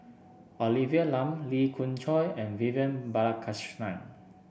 Olivia Lum Lee Khoon Choy and Vivian Balakrishnan